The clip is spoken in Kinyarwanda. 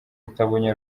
utabonye